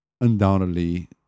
undoubtedly